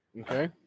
okay